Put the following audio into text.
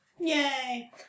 Yay